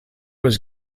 was